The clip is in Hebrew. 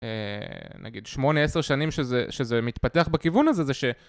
נגיד, שמונה, עשר שנים שזה, שזה מתפתח בכיוון הזה זה ש...